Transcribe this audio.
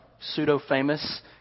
pseudo-famous